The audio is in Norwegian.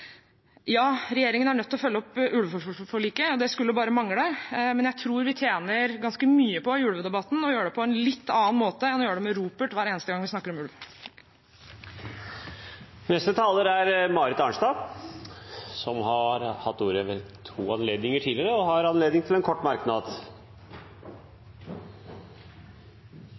Ja, regjeringen er nødt til å følge opp ulveforliket, det skulle bare mangle, men jeg tror vi i ulvedebatten tjener ganske mye på å gjøre det på en litt annen måte enn å bruke ropert hver eneste gang vi snakker om ulv. Representanten Marit Arnstad har hatt ordet to ganger tidligere i debatten og får ordet til en kort merknad,